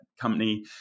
company